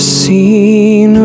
seen